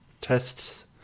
tests